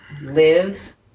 live